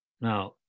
Now